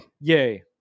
yay